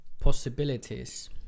possibilities